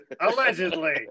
Allegedly